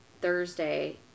thursday